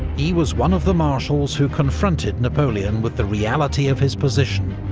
he was one of the marshals who confronted napoleon with the reality of his position,